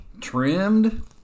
trimmed